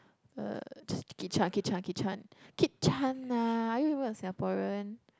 uh just Kit-Chan Kit-Chan Kit-Chan Kit-Chan lah are you even a Singaporean